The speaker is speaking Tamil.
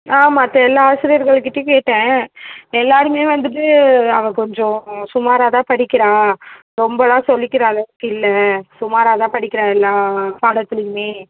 ஆ மற்ற எல்லா ஆசிரியர்கள்கிட்டேயும் கேட்டேன் எல்லாேருமே வந்துட்டு அவள் கொஞ்சம் சுமாராக தான் படிக்குறாள் ரொம்பெல்லாம் சொல்லிக்கிற அளவுக்கு இல்லை சுமாராக தான் படிக்குறாள் எல்லா பாடத்துலேயுமே